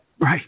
right